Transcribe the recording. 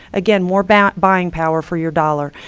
again, more about buying power for your dollar.